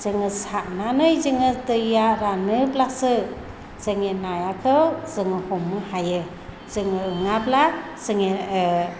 जोङो सारनानै जोङो दैया रानोब्लासो जोंनि नाखौ जोङो हमनो हायो जोङो नङाब्ला जोङो